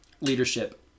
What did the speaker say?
leadership